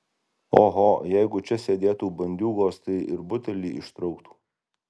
oho jeigu čia sėdėtų bandiūgos tai ir butelį ištrauktų